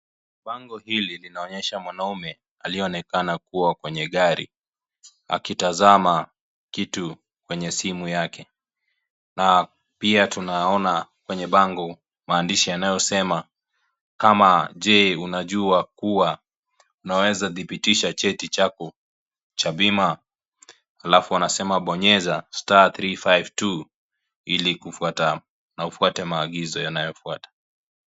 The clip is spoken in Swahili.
Bango hili linaonyesha mwanaume aliyeonekana kuwa kwenye gari akitazama kitu kwenye simu yake na pia tunaona kwenye bango maandishi yanayosema , kama je unajua kuwa umaweza dhibitisha cheti chako cha bima ? Alafu wanasema bonyeza star three five two ili kufuata na ufuate maagizo yanayofuata.